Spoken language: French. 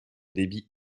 débit